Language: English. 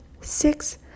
six